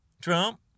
Trump